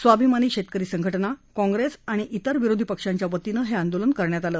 स्वाभिमानी शेतकरी संघटना काँग्रेस आणि अन्य विरोधी पक्षांच्यावतीने हे आंदोलन करण्यात आले